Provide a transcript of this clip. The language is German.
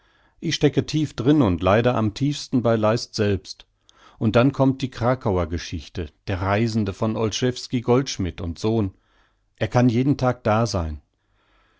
ich stecke tief drin und leider am tiefsten bei leist selbst und dann kommt die krakauer geschichte der reisende von olszewski goldschmidt und sohn er kann jeden tag da sein